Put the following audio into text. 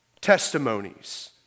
testimonies